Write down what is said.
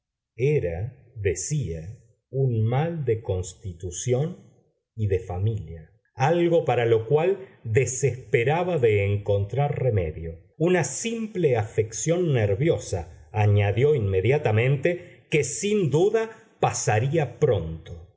era decía un mal de constitución y de familia algo para lo cual desesperaba de encontrar remedio una simple afección nerviosa añadió inmediatamente que sin duda pasaría pronto